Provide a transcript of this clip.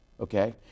Okay